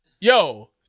Yo